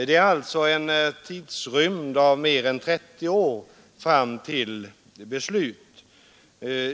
Det är alltså en tidsrymd av mer än 30 år fram till beslutet.